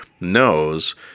knows